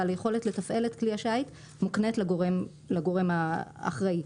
אבל היכולת לתפעל את כלי השיט מוקנית לגורם האחראי,